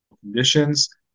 conditions